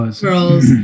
Girls